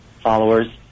followers